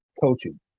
coaching